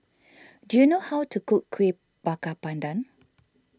do you know how to cook Kueh Bakar Pandan